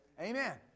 Amen